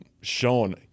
shown